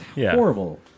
horrible